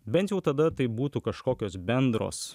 bent jau tada tai būtų kažkokios bendros